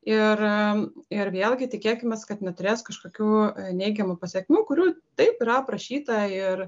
ir ir vėlgi tikėkimės kad neturės kažkokių neigiamų pasekmių kurių taip yra aprašyta ir